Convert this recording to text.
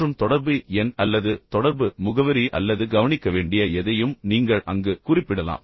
மற்றும் தொடர்பு எண் அல்லது தொடர்பு முகவரி அல்லது கவனிக்க வேண்டிய எதையும் நீங்கள் அங்கு குறிப்பிடலாம்